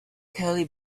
curly